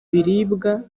biribwa